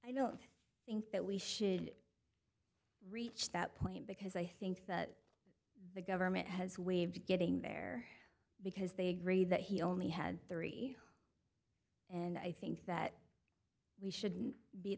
i don't think that we should reach that point because i think that the government has waived getting there because they agree that he only had three and i think that we shouldn't be